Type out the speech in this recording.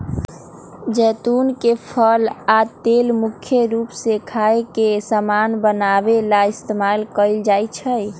जैतुन के फल आ तेल मुख्य रूप से खाए के समान बनावे ला इस्तेमाल कएल जाई छई